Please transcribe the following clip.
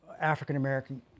African-American